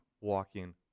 walking